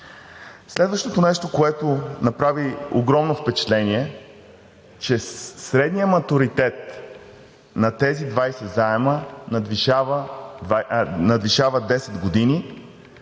Следващото нещо, което направи огромно впечатление, е, че средният матуритет на тези 20 заема надвишава 10 години.